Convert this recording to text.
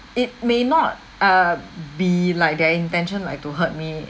it may not err be like their intention like to hurt me